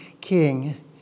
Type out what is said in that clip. King